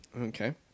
Okay